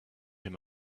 him